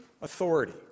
authority